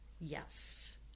yes